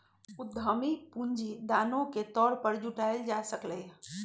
उधमी पूंजी दानो के तौर पर जुटाएल जा सकलई ह